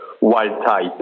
wild-type